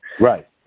Right